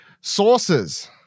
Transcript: sources